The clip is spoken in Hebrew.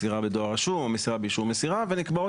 מסירה בדואר רשום או מסירה באישור מסירה ונקבעות